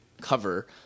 cover